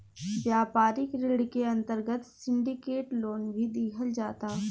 व्यापारिक ऋण के अंतर्गत सिंडिकेट लोन भी दीहल जाता